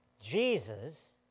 Jesus